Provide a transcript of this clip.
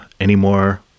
anymore